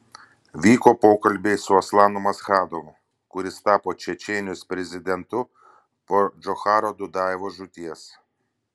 vyko pokalbiai su aslanu maschadovu kuris tapo čečėnijos prezidentu po džocharo dudajevo žūties